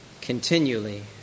continually